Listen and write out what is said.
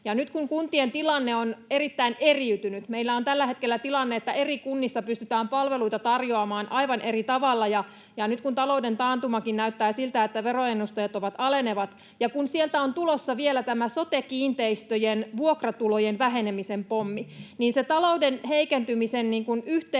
Nyt kun kuntien tilanne on erittäin eriytynyt, meillä on tällä hetkellä tilanne, että eri kunnissa pystytään palveluita tarjoamaan aivan eri tavalla, ja nyt kun talouden taantumakin näyttää siltä, että veroennusteet ovat alenevat, ja kun sieltä on tulossa vielä tämä sote-kiinteistöjen vuokratulojen vähenemisen pommi, niin talouden heikentymisen